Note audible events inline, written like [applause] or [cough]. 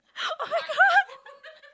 [laughs] oh my god